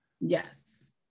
Yes